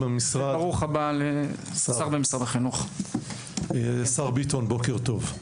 השר ביטון, שר במשרד החינוך, בוקר טוב.